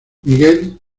miguel